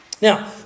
Now